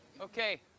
Okay